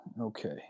Okay